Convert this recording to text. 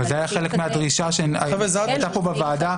אבל זה היה חלק מהדרישה שהייתה פה בוועדה,